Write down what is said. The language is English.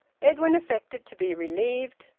edwin affected to be relieved.